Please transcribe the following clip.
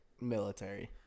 military